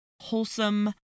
wholesome